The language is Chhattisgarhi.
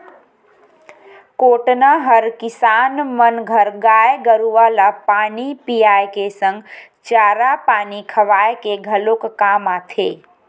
कोटना हर किसान मन घर गाय गरुवा ल पानी पियाए के संग चारा पानी खवाए के घलोक काम आथे